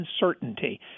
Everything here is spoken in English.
uncertainty